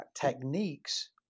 techniques